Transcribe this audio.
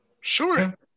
Sure